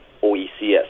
OECS